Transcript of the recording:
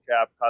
cap